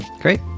Great